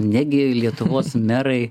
negi lietuvos merai